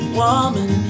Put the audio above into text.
woman